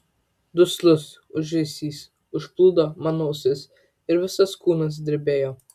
duslus ūžesys užplūdo mano ausis ir visas kūnas drebėjo